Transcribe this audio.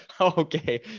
okay